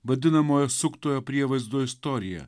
vadinamojo suktojo prievaizdo istorija